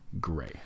Gray